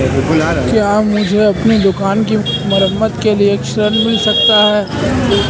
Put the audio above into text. क्या मुझे अपनी दुकान की मरम्मत के लिए ऋण मिल सकता है?